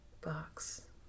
box